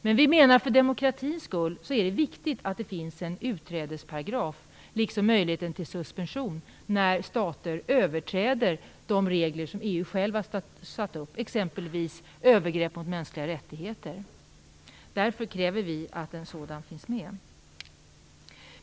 Men vi menar att det för demokratins skull är viktigt att det finns en utträdesparagraf liksom en möjlighet till suspension när stater överträder de regler som EU självt har satt upp, exempelvis om övergrepp mot mänskliga rättigheter. Därför kräver vi att en sådan finns med.